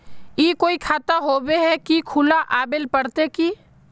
ई कोई खाता होबे है की खुला आबेल पड़ते की?